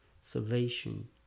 salvation